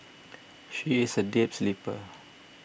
she is a deep sleeper